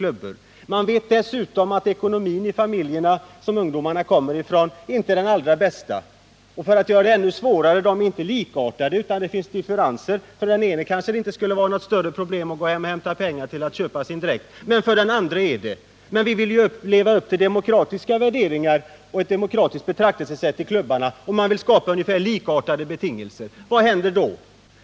Klubbledaren vet dessutom att ekonomin i familjerna som ungdomarna kommer ifrån inte är den allra bästa eller, för att göra det ännu svårare, att de ekonomiska möjligheterna inte är lika för alla. För en kanske det inte skulle vara något större problem att gå hem och hämta pengar till att köpa dräkten som det är fråga om, medan det för en annan är helt annorlunda. Men vi vill ju leva upp till demokratiska värderingar och ett demokratiskt betraktelsesätt i klubbarna och skapa ungefär likartade betingelser. Vad händer då?